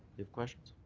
have questions?